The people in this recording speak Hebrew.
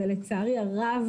זה לצערי הרב